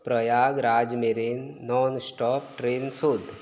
प्रयागराज मेरेन non stop train सोद